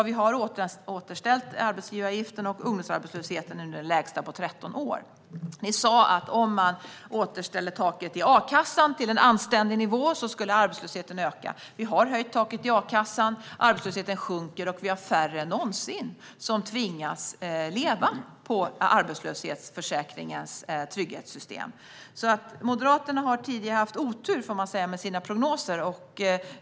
Vi har återställt arbetsgivaravgiften, och ungdomsarbetslösheten är nu den lägsta på 13 år. Ni sa att om man återställer taket i a-kassan till en anständig nivå kommer arbetslösheten att öka. Vi har höjt taket i a-kassan, och arbetslösheten sjunker och vi har färre än någonsin som tvingas leva på arbetslöshetsförsäkringens trygghetssystem. Moderaterna har alltså tidigare haft otur, får man säga, med sina prognoser.